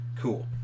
Cool